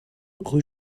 rue